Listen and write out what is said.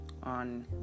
on